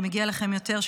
שמגיע לכם יותר,